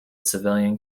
civilian